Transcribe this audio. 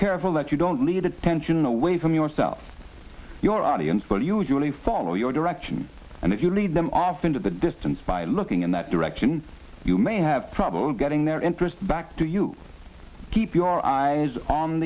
careful that you don't need attention away from yourself your audience will usually follow your direction and if you lead them off into the distance by looking in that direction you may have trouble getting their interest back to you keep your eyes on